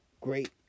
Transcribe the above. great